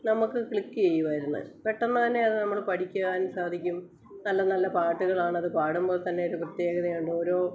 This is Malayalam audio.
നമുക്ക് ക്ലിക്ക് ചെയ്യുവായിരുന്നു പെട്ടെന്ന് തന്നെ നമ്മള് പഠിക്കുവാന് സാധിക്കും നല്ല നല്ല പാട്ടുകളാണത് പാടുമ്പോൾ തന്നെ ഒരു പ്രത്യേകതയുണ്ട് ഓരോ